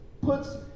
puts